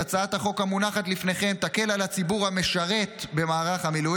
הצעת החוק המונחת לפניכם תקל על הציבור המשרת במערך המילואים,